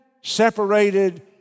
separated